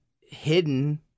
hidden